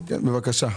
בבקשה.